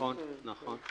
נכון, נכון.